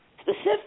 specific